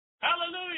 Hallelujah